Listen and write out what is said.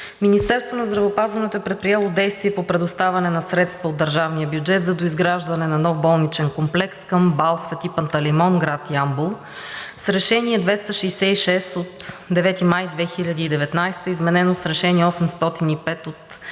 Министерството на здравеопазването е предприело действия по предоставяне на средства от държавния бюджет за доизграждане на нов болничен комплекс към „МБАЛ Свети Пантелеймон – Ямбол“ АД, град Ямбол. С Решение № 266 от 9 май 2019 г., изменено с Решение № 805 от 27